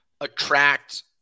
attract